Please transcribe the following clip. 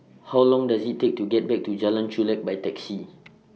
How Long Does IT Take to get Back to Jalan Chulek By Taxi